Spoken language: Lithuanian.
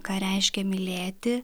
ką reiškia mylėti